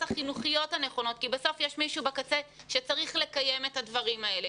החינוכיות הנכונות כי בסוף יש מישהו בקצה שצריך לקיים את הדברים האלה.